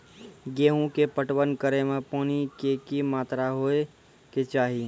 गेहूँ के पटवन करै मे पानी के कि मात्रा होय केचाही?